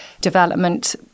development